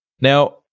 Now